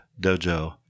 Dojo